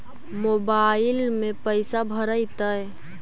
Mobile में पैसा भरैतैय?